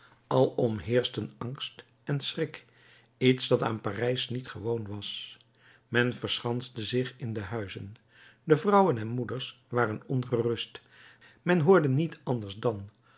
alom heerschten angst en schrik iets dat aan parijs niet gewoon was men verschanste zich in de huizen de vrouwen en moeders waren ongerust men hoorde niet anders dan